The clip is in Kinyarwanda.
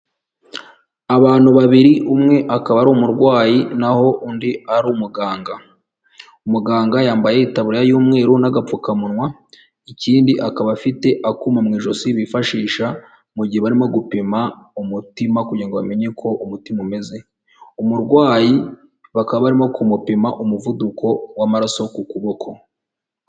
Abantu babiri umwe akaba ari umurwayi naho undi ari umuganga, umuganga yambaye tabuburariya y'umweru n'agapfukamunwa, ikindi akaba afite akuma mu ijosi bifashisha mu gihe barimo gupima umutima kugira ngo bamenye ko umutima umeze, umurwayi bakaba barimo kumupima umuvuduko w'amaraso ku kuboko.